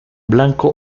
blanco